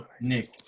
Nick